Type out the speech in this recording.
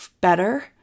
better